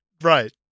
right